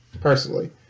Personally